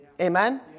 Amen